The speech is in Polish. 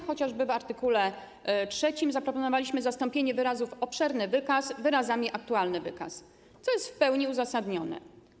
Chociażby w art. 3 zaproponowaliśmy zastąpienie wyrazów ˝obszerny wykaz˝ wyrazami ˝aktualny wykaz˝, co jest w pełni uzasadnione.